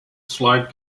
slide